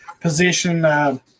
position